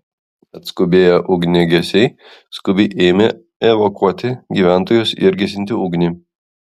atskubėję ugniagesiai skubiai ėmė evakuoti gyventojus ir gesinti ugnį